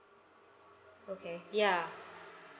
okay ya